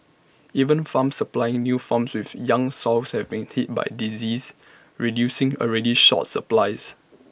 even farms supplying new farms with young sows have been hit by disease reducing already short supplies